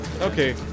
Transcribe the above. Okay